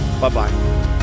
Bye-bye